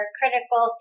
critical